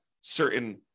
certain